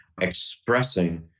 expressing